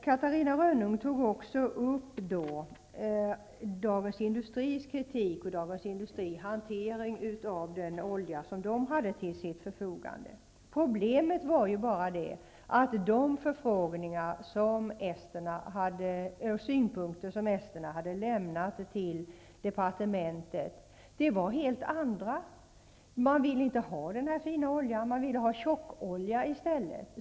Catarina Rönnung tog också upp Dagens Industris kritik och tidningens hantering av den olja som man hade till sitt förfogande. Problemet var bara att de synpunkter som esterna hade anfört till departementet var helt andra. Esterna ville inte ha den här fina oljan, utan man ville i stället ha tjockolja.